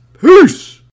Peace